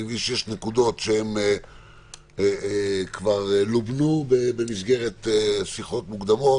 אני מבין שיש נקודות שכבר לובנו במסגרת שיחות מוקדמות